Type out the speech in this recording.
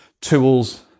tools